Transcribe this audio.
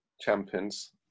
champions